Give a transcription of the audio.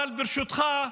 אבל ברשותך,